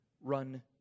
Run